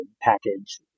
package